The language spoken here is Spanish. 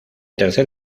tercer